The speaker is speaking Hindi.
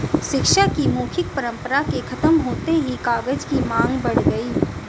शिक्षा की मौखिक परम्परा के खत्म होते ही कागज की माँग बढ़ गई